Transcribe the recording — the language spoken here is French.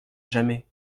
jamais